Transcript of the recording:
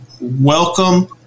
welcome